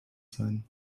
sein